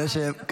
סליחה.